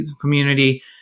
community